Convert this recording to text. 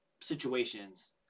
situations